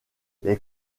les